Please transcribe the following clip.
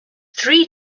three